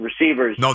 receivers